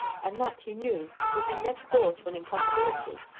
and that, he knew, would be next door to an impossibility,